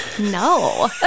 No